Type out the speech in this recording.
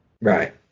right